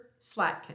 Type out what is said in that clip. Slatkin